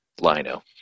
Lino